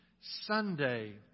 Sunday